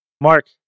Mark